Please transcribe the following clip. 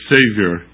Savior